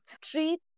treat